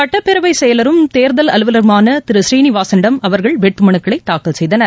சுட்டப்பேரவைசெயலரும் தேர்தல் அலுவலருமானதிரு ஸ்ரீநிவாசனிடம் அவர்கள் வேட்புமனுக்களைதாக்கல் செய்தனர்